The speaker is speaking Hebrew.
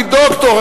אני דוקטור,